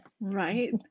Right